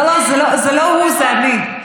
לא, זה לא הוא, זו אני.